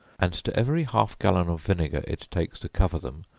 and to every half gallon of vinegar it takes to cover them,